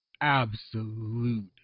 absolute